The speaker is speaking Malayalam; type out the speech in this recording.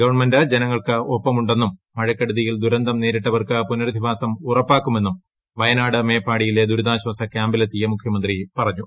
ഗവൺമെന്റ് ജനങ്ങൾക്ക് ഒപ്പമുണ്ടെന്ന് മഴക്കെടുതിയിൽ ദുരന്തം നേരിട്ടവർക്ക് പുനരധിവാസം ഉറപ്പാക്കുമെന്നും വയനാട് മേപ്പാടിയിലെ ദുരിതാശ്വാസ ക്യാമ്പിലെത്തിയ മുഖ്യമന്ത്രി പറഞ്ഞു